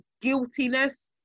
guiltiness